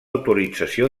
autorització